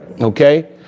Okay